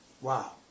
Wow